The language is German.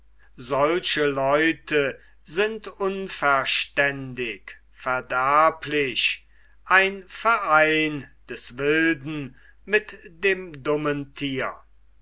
solche leute sind unverständig verderblich ein verein des wilden mit dem dummen thier